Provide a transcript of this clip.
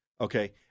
Okay